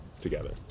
together